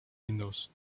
windows